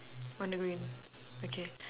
on the green okay